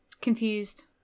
confused